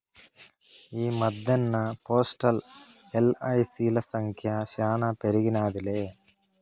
ఈ మద్దెన్న పోస్టల్, ఎల్.ఐ.సి.ల సంఖ్య శానా పెరిగినాదిలే